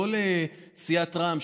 לא לסיעת רע"מ,